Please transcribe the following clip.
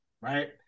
right